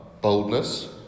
Boldness